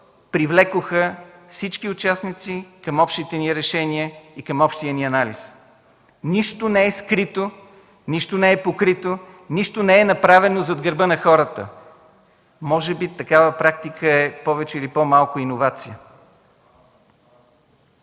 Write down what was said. привлякоха всички участници към общите ни решения и към общия ни анализ. Нищо не е скрито, нищо не е покрито, нищо не е направено зад гърба на хората. Може би такава практика е повече или по-малко иновация.